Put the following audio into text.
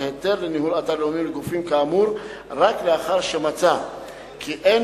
היתר לניהול אתר לאומי לגופים כאמור רק לאחר שמצא כי אין